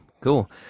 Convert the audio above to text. cool